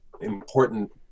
important